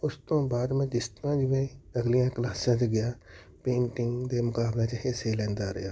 ਉਸ ਤੋਂ ਬਾਅਦ ਮੈਂ ਜਿਸ ਤਰ੍ਹਾਂ ਜਿਵੇਂ ਅਗਲੀਆਂ ਕਲਾਸਾਂ 'ਚ ਗਿਆ ਪੇਂਟਿੰਗ ਦੇ ਮੁਕਾਬਲੇ 'ਚ ਹਿੱਸੇ ਲੈਂਦਾ ਰਿਹਾ